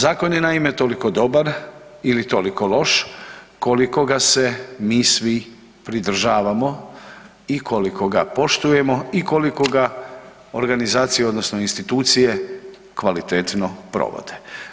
Zakon je naime toliko dobar ili toliko loš koliko ga se mi svi pridržavamo i koliko ga poštujemo i koliko ga organizacije odnosno institucije kvalitetno provode.